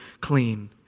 clean